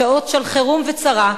שעות של חירום וצרה,